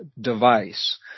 device